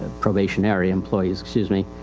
ah probationary employees, excuse me.